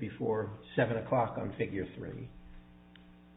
before seven o'clock and figure three